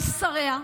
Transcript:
על שריה,